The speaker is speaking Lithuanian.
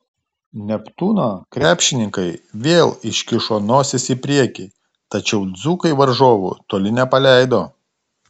neptūno krepšininkai vėl iškišo nosis į priekį tačiau dzūkai varžovų toli nepaleido